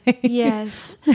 Yes